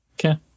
Okay